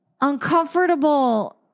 uncomfortable